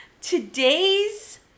Today's